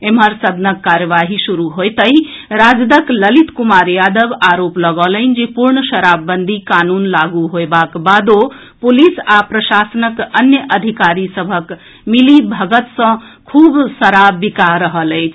एम्हर सदनक कार्यवाही शुरू होयतहि राजदक ललित कुमार यादव आरोप लगौलनि जे पूर्ण शराबबंदी कानून लागू होयबाक बादो पुलिस आ प्रशासनक अन्य अधिकारी सभक मिलीभगत सॅ खूब शराब बिकाए रहल अछि